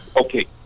Okay